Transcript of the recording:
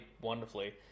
wonderfully